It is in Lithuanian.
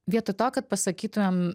vietoj to kad pasakytumėm